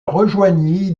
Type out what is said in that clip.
rejoignit